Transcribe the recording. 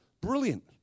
brilliant